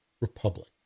Republic